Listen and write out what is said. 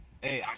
Hey